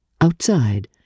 Outside